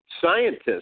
scientists